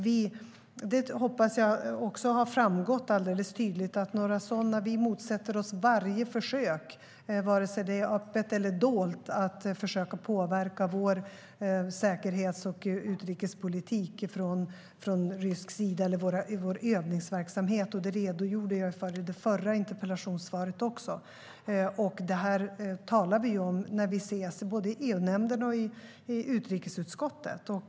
Jag hoppas att det tydligt har framgått att vi motsätter oss varje försök från rysk sida, vare sig det är öppet eller dolt, att påverka vår säkerhets och utrikespolitik eller vår övningsverksamhet. Det redogjorde jag för i det förra interpellationssvaret också, och det här talar vi om när vi ses i både EU-nämnden och utrikesutskottet.